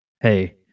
Hey